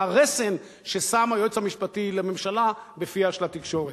מהרסן ששם היועץ המשפטי לממשלה בפיה של התקשורת.